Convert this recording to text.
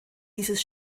dieses